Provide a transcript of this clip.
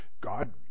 God